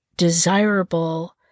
desirable